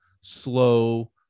slow